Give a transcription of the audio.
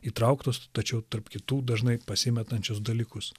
įtrauktus tačiau tarp kitų dažnai pasi metančius dalykus